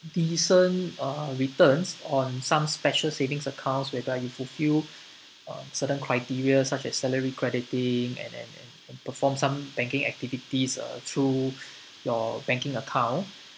decent uh returns on some special savings accounts whereby you fulfil uh certain criteria such as salary crediting and and and perform some banking activities uh through your banking account